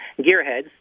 gearheads